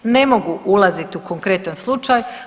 Ne mogu ulaziti u konkretan slučaj.